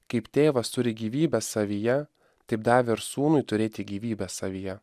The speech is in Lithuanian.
kaip tėvas turi gyvybę savyje taip davė ir sūnui turėti gyvybę savyje